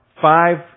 five